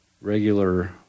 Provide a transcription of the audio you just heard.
regular